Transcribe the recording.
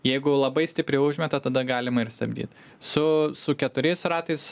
jeigu labai stipriai užmeta tada galima ir stabdyt su su keturiais ratais